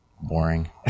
boring